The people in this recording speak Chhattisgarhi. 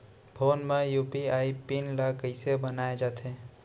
फोन म यू.पी.आई पिन ल कइसे बनाये जाथे?